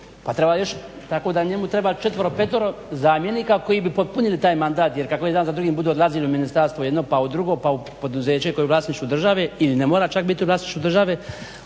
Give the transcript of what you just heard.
pa treba još tako da njemu treba četvero petero zamjenika koji bi popunili taj mandat. Jer kako jedan za drugim budu odlazili u ministarstvo jedno pa u drugo, pa u poduzeće koje je u vlasništvu države ili ne mora čak biti u vlasništvu države